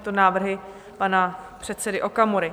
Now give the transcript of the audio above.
Byly to návrhy pana předsedy Okamury.